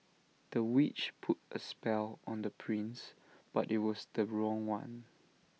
the witch put A spell on the prince but IT was the wrong one